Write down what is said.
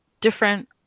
different